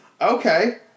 Okay